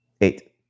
Eight